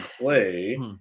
play